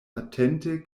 atente